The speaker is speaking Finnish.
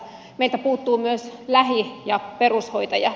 meiltä puuttuu myös lähi ja perushoitajia